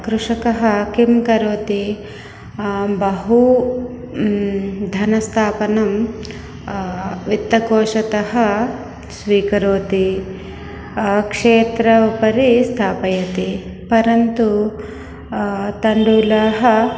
कृषकः किं करोति बहु धनस्थापनं वित्तकोषतः स्वीकरोति क्षेत्रस्य उपरि स्थापयति परन्तु तण्डुलाः